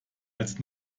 als